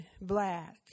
black